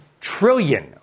trillion